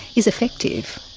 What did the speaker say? is effective.